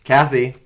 Kathy